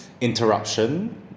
interruption